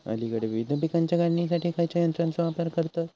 अलीकडे विविध पीकांच्या काढणीसाठी खयाच्या यंत्राचो वापर करतत?